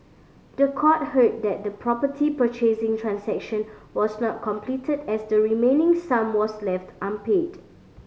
the court heard that the property purchasing transaction was not completed as the remaining sum was left unpaid